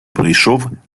прийшов